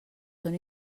són